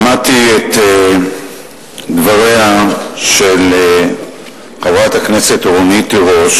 שמעתי את דבריה של חברת הכנסת רונית תירוש